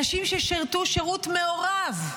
אנשים ששירתו שירות מעורב,